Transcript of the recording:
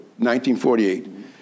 1948